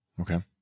Okay